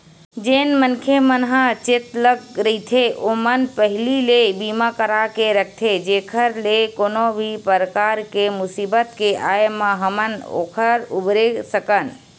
जेन मनखे मन ह चेतलग रहिथे ओमन पहिली ले बीमा करा के रखथे जेखर ले कोनो भी परकार के मुसीबत के आय म हमन ओखर उबरे सकन